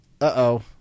Uh-oh